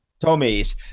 Tommy's